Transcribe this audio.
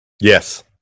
Yes